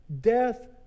death